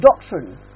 doctrine